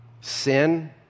Sin